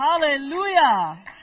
Hallelujah